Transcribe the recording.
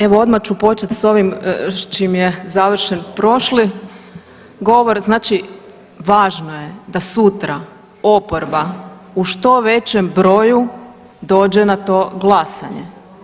Evo odmah ću počet s ovim s čim je završen prošli govor, znači važno je da sutra oporba u što većem broju dođe na to glasanje.